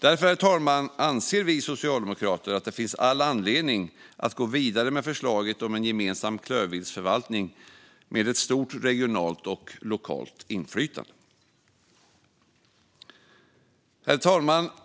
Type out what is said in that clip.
Därför, herr talman, anser vi socialdemokrater att det finns all anledning att gå vidare med förslaget om en gemensam klövviltsförvaltning med stort regionalt och lokalt inflytande. Herr talman!